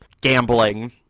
gambling